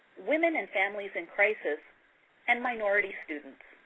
women, and families in crisis and minority students.